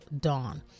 dawn